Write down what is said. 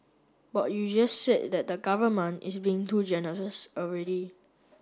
but you just said that the government is being too generous already